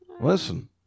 Listen